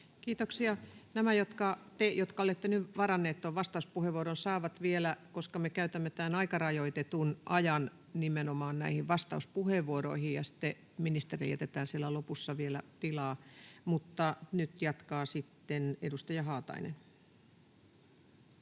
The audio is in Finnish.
Kiitoksia. — Te, jotka olette nyt varanneet vastauspuheenvuoron, saavat sen vielä, koska me käytämme tämän aikarajoitetun ajan nimenomaan näihin vastauspuheenvuoroihin, ja sitten ministerille jätetään siellä lopussa vielä tilaa. — Mutta nyt jatkaa sitten edustaja Haatainen.